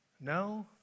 No